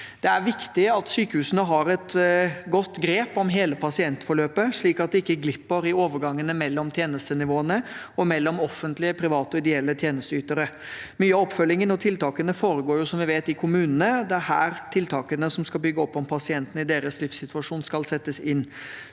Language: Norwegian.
Det er viktig at sykehusene har et godt grep om hele pasientforløpet, slik at det ikke glipper i overgangene mellom tjenestenivåene og mellom offentlige, private og ideelle tjenesteytere. Mye av oppfølgingen og tiltakene foregår, som vi vet, i kommunene. Det er her tiltakene som skal bygge opp om pasientene i deres livssituasjon, skal settes inn.